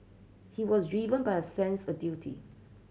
he was driven by a sense a duty